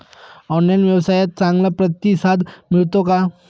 Online व्यवसायात चांगला प्रतिसाद मिळतो का?